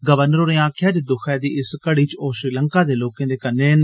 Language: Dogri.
गवर्नर होरें आखेआ जे दुक्खै दी इस घड़ी च ओह श्रीलंका दे लोके दे कन्नै न